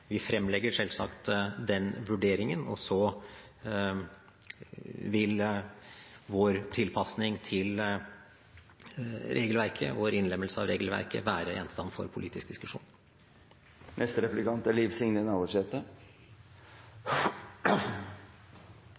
Vi fremlegger selvsagt den vurderingen, og så vil vår tilpasning til regelverket, vår innlemmelse av regelverket, være gjenstand for politisk